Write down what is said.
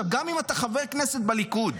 גם אם אתה חבר כנסת בליכוד,